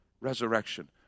resurrection